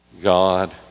God